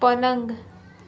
पलंग